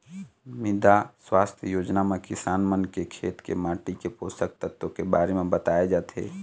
मृदा सुवास्थ योजना म किसान मन के खेत के माटी के पोसक तत्व के बारे म बताए जाथे